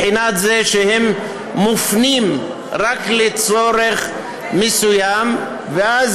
מהבחינה הזאת שהם מופנים רק לצורך מסוים ואז